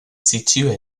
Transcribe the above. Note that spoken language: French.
situe